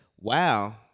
wow